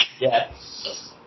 Yes